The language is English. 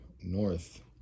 north